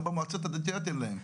גם במועצות הדתיות אין להם.